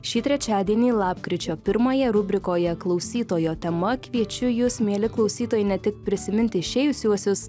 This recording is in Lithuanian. šį trečiadienį lapkričio pirmąją rubrikoje klausytojo tema kviečiu jus mieli klausytojai ne tik prisiminti išėjusiuosius